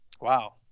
Wow